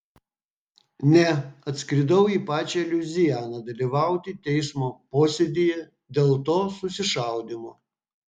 ne atskridau į pačią luizianą dalyvauti teismo posėdyje dėl to susišaudymo